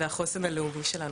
והחוסן הלאומי שלנו.